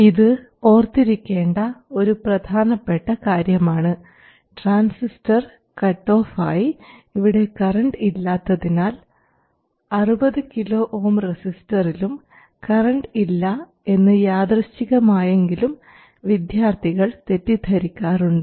ഇത് ഓർത്തിരിക്കേണ്ട ഒരു പ്രധാനപ്പെട്ട കാര്യമാണ് ട്രാൻസിസ്റ്റർ കട്ട് ഓഫ് ആയി ഇവിടെ കറൻറ് ഇല്ലാത്തതിനാൽ 60 KΩ റെസിസ്റ്ററിലും കറൻറ് ഇല്ല എന്ന് യാദൃശ്ചികമായെങ്കിലും വിദ്യാർത്ഥികൾ തെറ്റിദ്ധരിക്കാറുണ്ട്